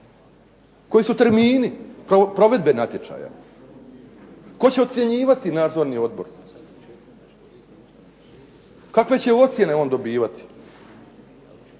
Koji su termini provedbe natječaja? Tko će ocjenjivati nadzorni odbor? Kakve će ocjene on dobivati?